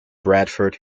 bradford